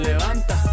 Levanta